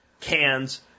cans